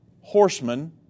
horsemen